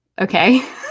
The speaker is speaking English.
Okay